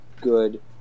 good